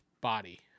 body